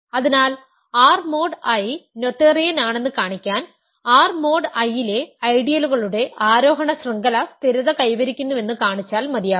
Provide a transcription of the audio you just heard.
അതിനാൽ R mod I Noetherian ആണെന്ന് കാണിക്കാൻ R മോഡ് I ലെ ഐഡിയലുകളുടെ ആരോഹണ ശൃംഖല സ്ഥിരത കൈവരിക്കുന്നുവെന്ന് കാണിച്ചാൽ മതിയാകും